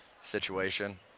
situation